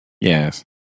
yes